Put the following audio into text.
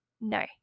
no